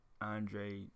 Andre